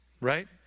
Right